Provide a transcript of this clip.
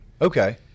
okay